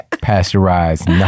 pasteurized